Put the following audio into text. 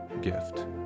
gift